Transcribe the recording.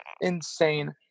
insane